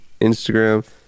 instagram